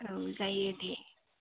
औ जायो दे